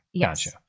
Gotcha